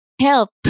help